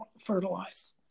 fertilize